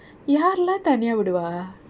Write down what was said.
யாரு: yaaru lah தனியா விடுவா: thaniya viduva